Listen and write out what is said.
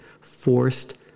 forced